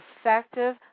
effective